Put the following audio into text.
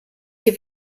sie